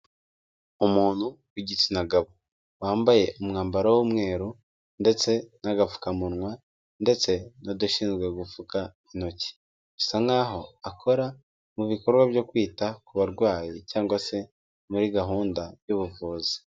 Umuntu w'igitsina gabo, wambaye umwambaro w'umweru ndetse n'agapfukamunwa ndetse n'udushinzwe gupfuka intoki, bisa nk'aho akora mu bikorwa byo kwita ku barwayi cyangwa se muri gahunda y'ubuvuzi.